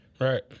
Right